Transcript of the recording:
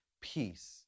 peace